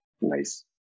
nice